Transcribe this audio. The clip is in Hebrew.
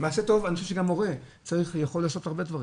אני חושב שגם הורה יכול לעשות הרבה דברים.